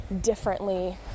differently